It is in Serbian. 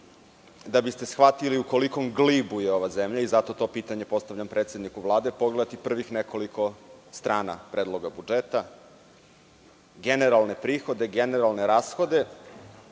da biste shvatili u kolikom glibu je ova zemlja i zato to pitanje postavljam predsedniku Vlade, pogledati prvih nekoliko strana Predloga budžeta – generalne prihode, generalne rashode. Zato